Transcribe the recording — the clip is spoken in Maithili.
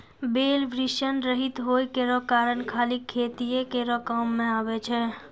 बैल वृषण रहित होय केरो कारण खाली खेतीये केरो काम मे आबै छै